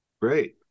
Great